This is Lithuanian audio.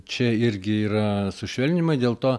čia irgi yra sušvelninimai dėl to